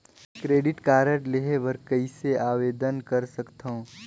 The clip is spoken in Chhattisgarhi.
क्रेडिट कारड लेहे बर कइसे आवेदन कर सकथव?